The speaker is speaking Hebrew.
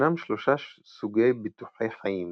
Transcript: ישנם שלושה סוגי ביטוחי חיים